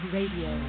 Radio